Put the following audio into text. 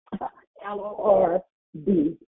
l-o-r-d